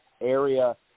area